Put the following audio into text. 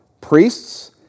priests